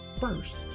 first